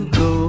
go